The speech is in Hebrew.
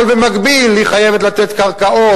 אבל במקביל היא חייבת לתת קרקעות,